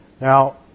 Now